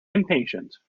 impatient